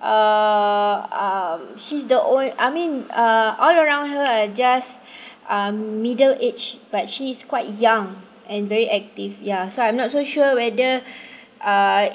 uh um she's the own~ I mean uh all around her are just um middle aged but she's quite young and very active ya so I'm not so sure weather uh